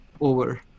over